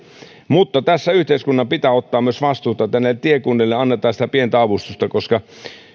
mutta tässä yhteiskunnan pitää ottaa myös vastuuta niin että näille tiekunnille annetaan sitä pientä avustusta